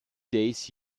days